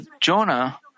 Jonah